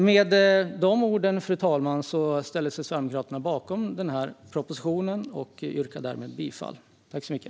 Med dessa ord, fru talman, ställer sig Sverigedemokraterna bakom propositionen. Jag yrkar därmed bifall till den.